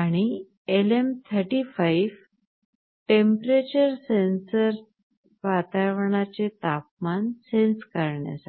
आणि LM35 temperature sensor वातावरणाचे तापमान सेन्स करण्यासाठी